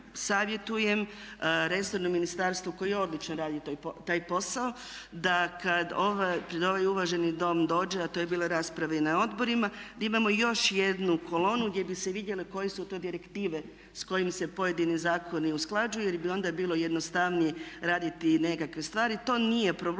savjetujem resornom ministarstvu koji odlično radi taj posao da kada pred ovaj uvaženi Dom dođe a to je bilo rasprave i na odborima da imamo još jednu kolonu gdje bi se vidjele koje su to direktive s kojim se pojedini zakoni usklađuju jer bi onda bilo jednostavnije raditi nekakve stvari, to nije problem,